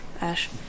Ash